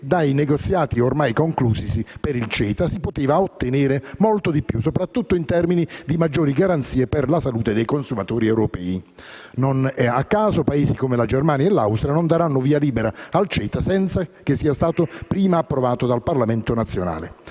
dai negoziati ormai conclusesi per il CETA si poteva ottenere molto di più, soprattutto in termini di maggiori garanzie per la salute dei consumatori europei. Non a caso Paesi come la Germania e l'Austria non daranno via libera al CETA senza che sia stato prima approvato dal Parlamento nazionale.